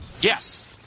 Yes